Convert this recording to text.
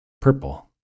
Purple